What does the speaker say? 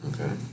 Okay